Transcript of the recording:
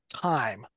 time